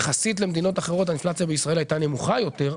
יחסית למדינות אחרות האינפלציה בישראל הייתה נמוכה יותר.